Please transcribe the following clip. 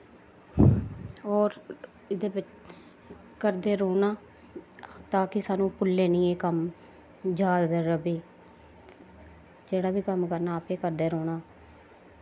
होर एह्दे बिच्च करदे रौंह्ना तां कि सानूं भुल्लै निं एह् कम्म याद र'वै जेह्ड़ा बी कम्म करना आपैं करदे रौंह्ना